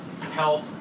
health